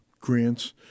grants